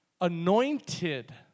anointed